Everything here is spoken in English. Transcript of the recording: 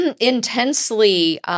intensely